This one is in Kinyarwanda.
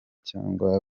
cyangwa